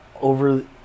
over